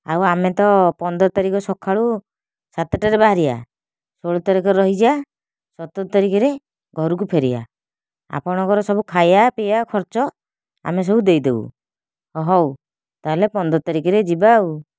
ଆଉ ଆମେ ତ ପନ୍ଦର ତାରିଖ ସକାଳ ସାତଟାରେ ବାହାରିବା ଷୋହଳ ତାରିଖ ରହିଯିବା ସତର ତାରିଖରେ ଘରକୁ ଫେରିବା ଆପଣଙ୍କର ସବୁ ଖାଇବା ପିଇବା ଖର୍ଚ୍ଚ ଆମେ ସବୁ ଦେଇଦେବୁ ହଉ ତା'ହେଲେ ପନ୍ଦର ତାରିଖରେ ଯିବା ଆଉ